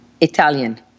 italian